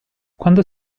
quando